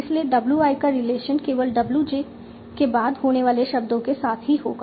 इसलिए w i का relation केवल w j के बाद होने वाले शब्दों के साथ ही होगा